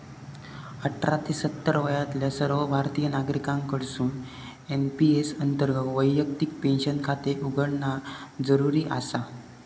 अठरा ते सत्तर वयातल्या सर्व भारतीय नागरिकांकडसून एन.पी.एस अंतर्गत वैयक्तिक पेन्शन खाते उघडणा जरुरी आसा